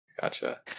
Gotcha